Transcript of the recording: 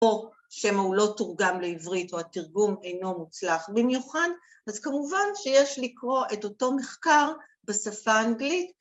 ‫או שמה הוא לא תורגם לעברית ‫או התרגום אינו מוצלח במיוחד, ‫אז כמובן שיש לקרוא ‫את אותו מחקר בשפה האנגלית.